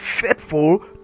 faithful